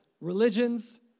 religions